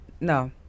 No